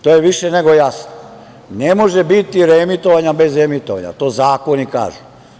To je više nego jasno, ne može biti reemitovanja bez emitovanja, to zakoni kažu.